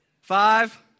five